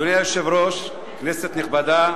אדוני היושב-ראש, כנסת נכבדה,